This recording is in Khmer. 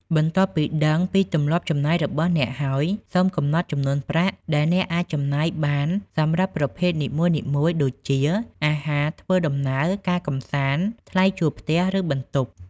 បន្ទាប់ពីដឹងពីទម្លាប់ចំណាយរបស់អ្នកហើយ សូមកំណត់ចំនួនប្រាក់ដែលអ្នកអាចចំណាយបានសម្រាប់ប្រភេទនីមួយៗ ដូចជា អាហារ ធ្វើដំណើរ ការកម្សាន្ត ថ្លៃជួលផ្ទះ ឬ បន្ទប់។